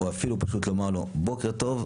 או אפילו פשוט לומר לו בוקר טוב,